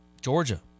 Georgia